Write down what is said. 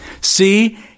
See